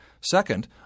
Second